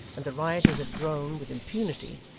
and the rioters had grown, with impunity,